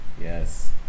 Yes